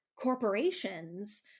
corporations